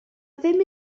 ddim